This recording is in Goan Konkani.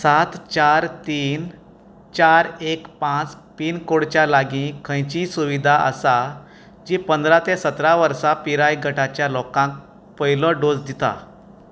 सात चार तीन चार एक पांच पिनकोडच्या लागीं खंयचीय सुविधा आसा जी पांदरा ते सतरा वर्सां पिराय गटाच्या लोकांक पयलो डोस दिता